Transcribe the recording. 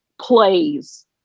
plays